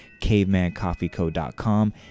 CavemanCoffeeCo.com